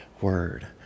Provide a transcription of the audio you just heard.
word